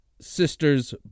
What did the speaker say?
sister's